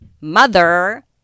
mother